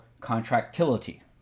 contractility